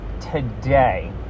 today